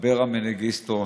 אברה מנגיסטו,